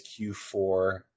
Q4